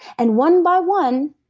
and one by one,